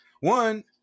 one